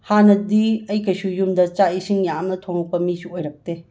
ꯍꯥꯟꯅꯗꯤ ꯑꯩ ꯀꯩꯁꯨ ꯌꯨꯝꯗ ꯆꯥꯛ ꯏꯁꯤꯡ ꯌꯥꯝꯅ ꯊꯣꯡꯉꯛꯄ ꯃꯤꯁꯨ ꯑꯣꯏꯔꯛꯇꯦ